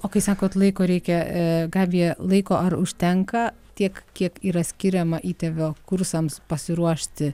o kai sakot laiko reikia gabija laiko ar užtenka tiek kiek yra skiriama įtėvio kursams pasiruošti